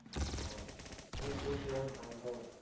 ᱟᱫᱚ ᱟᱞᱮ ᱥᱩᱨ ᱠᱚᱨᱮᱱ ᱦᱚᱲ ᱫᱚ